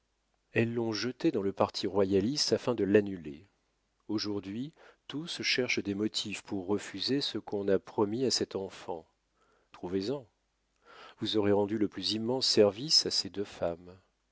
elles l'ont jeté dans le parti royaliste afin de l'annuler aujourd'hui tous cherchent des motifs pour refuser ce qu'on a promis à cet enfant trouvez en vous aurez rendu le plus immense service à ces deux femmes